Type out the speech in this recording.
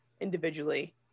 individually